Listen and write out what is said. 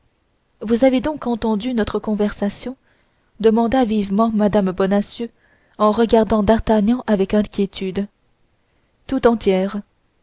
vous avez donc entendu notre conversation demanda vivement mme bonacieux en regardant d'artagnan avec inquiétude tout entière